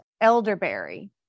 elderberry